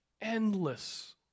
endless